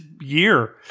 year